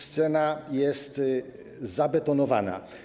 Scena jest zabetonowana.